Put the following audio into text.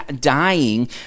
dying